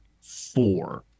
four